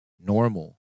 normal